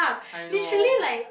I know